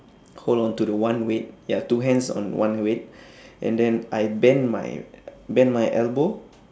hold on to the one weight ya two hands on one weight and then I bend my bend my elbow